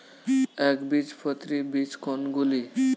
একবীজপত্রী বীজ কোন গুলি?